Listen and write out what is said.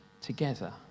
together